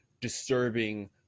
disturbing